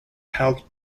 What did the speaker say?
held